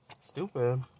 stupid